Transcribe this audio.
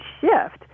shift